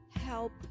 help